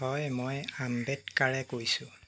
হয় মই আম্বেদকাৰে কৈছোঁ